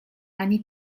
ani